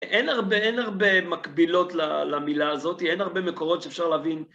אין הרבה אין הרבהנמקבילות למילה הזאתי, אין הרבה מקורות שאפשר להבין.